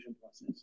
process